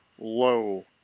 low